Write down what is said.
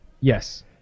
Yes